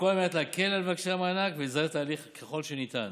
הכול על מנת להקל על מבקשי המענק ולזרז את התהליך ככל שניתן.